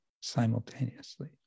simultaneously